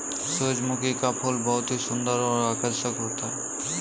सुरजमुखी का फूल बहुत ही सुन्दर और आकर्षक होता है